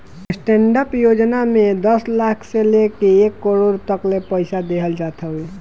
stand up योजना में दस लाख से लेके एक करोड़ तकले पईसा देहल जात हवे